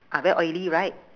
ah very oily right